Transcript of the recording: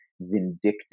vindictive